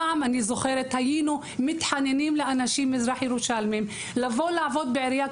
בעבר היינו מתחננים לאנשים ממזרח ירושלים לבוא לעבוד בעירייה.